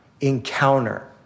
encounter